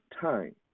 time